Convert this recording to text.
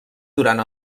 durant